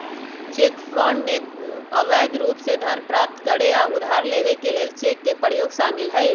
cheque fraud में अवैध रूप से धन प्राप्त करे आऽ उधार लेबऐ के लेल चेक के प्रयोग शामिल हइ